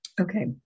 Okay